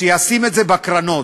שישים את זה בקרנות,